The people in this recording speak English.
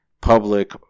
public